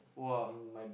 !wah!